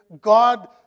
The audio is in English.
God